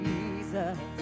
Jesus